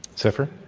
zephyr.